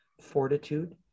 fortitude